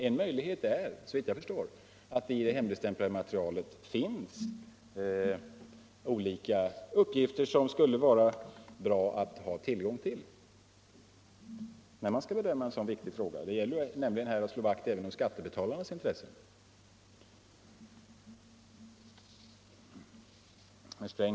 En möjlighet är såvitt jag förstår att det i det hemligstämplade materialet finns olika uppgifter som det skulle vara bra att ha tillgång till när man skall bedöma en så viktig fråga som denna. Det gäller nämligen att slå vakt även om skattebetalarnas intressen.